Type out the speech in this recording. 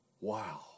Wow